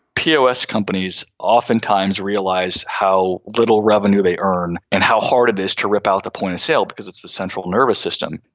p o s. companies oftentimes realize how little revenue they earn and how hard it is to rip out the point of sale because it's the central nervous system.